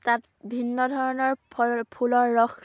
তাত ভিন্ন ধৰণৰ ফল ফুলৰ ৰস